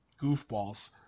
goofballs